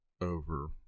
over